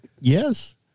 Yes